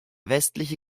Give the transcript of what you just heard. westliche